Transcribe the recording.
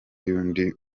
y’undi